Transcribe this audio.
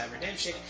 Redemption